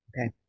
Okay